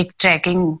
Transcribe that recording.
tracking